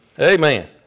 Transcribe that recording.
Amen